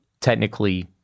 technically